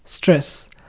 Stress